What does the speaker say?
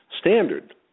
standard